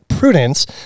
prudence